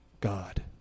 God